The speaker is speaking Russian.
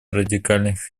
радикальных